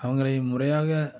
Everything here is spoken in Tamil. அவங்களை முறையாக